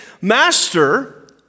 Master